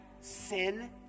sin